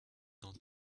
dans